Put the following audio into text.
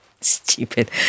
Stupid